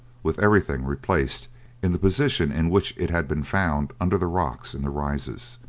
with everything replaced in the position in which it had been found under the rocks in the rises.